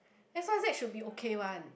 that's why I said should be okay one